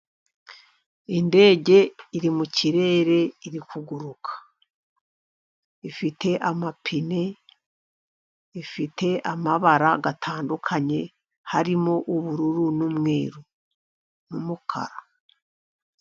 Indege iri mu kirere iri kuguruka. Ifite amapine, ifite amabara atandukanye, harimo ubururu n'umweru, n'umukara.